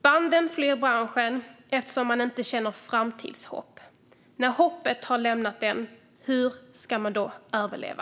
Banden flyr branschen eftersom man inte känner framtidshopp. När hoppet har lämnat en, hur ska man då överleva?